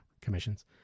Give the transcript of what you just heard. commissions